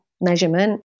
measurement